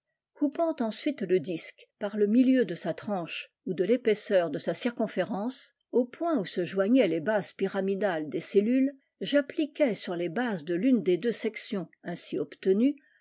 coupant ensuite le disque par le milieu de sa tranche ou de l'épaisseur de sa circonférence au point oîi se joignaient les bases pyramidales des cellules j'appliquai sur les b'i s de l'une des deux sections ainsi obtenues